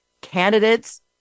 candidates